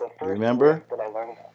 Remember